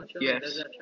Yes